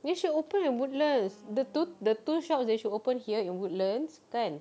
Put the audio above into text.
they should open at woodlands the two the two shops they should open here in woodlands kan